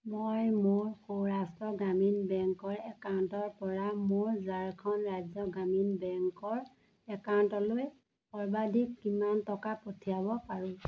মই মোৰ সৌৰাষ্ট্ৰ গ্ৰামীণ বেংকৰ একাউণ্টৰ পৰা মোৰ ঝাৰখণ্ড ৰাজ্য গ্ৰামীণ বেংকৰ একাউণ্টলৈ সৰ্বাধিক কিমান টকা পঠিয়াব পাৰোঁ